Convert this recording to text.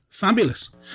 fabulous